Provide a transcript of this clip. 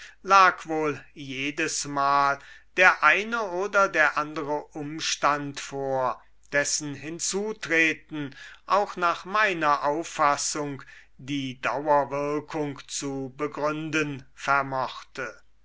lag wohl jedesmal der eine oder der andere umstand vor dessen hinzutreten auch nach meiner auffassung die dauerwirkung zu begründen vermochte